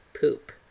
Poop